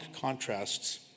contrasts